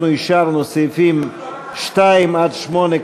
אנחנו אישרנו את סעיפים 2 8,